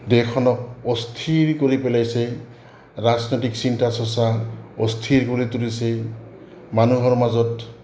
দেশখনক অস্থিৰ কৰি পেলাইছে ৰাজনৈতিক চিন্তা চৰ্চা অস্থিৰ কৰি তুলিছে মানুহৰ মাজত